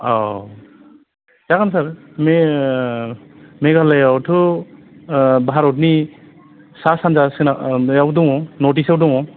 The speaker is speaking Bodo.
औ जागोन सार मे मेघालायावथ' भारतनि सा सानजा सोनाब बेयाव दङ नर्ट इस्टयाव दङ